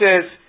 says